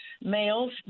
males